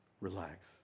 relax